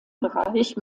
bereich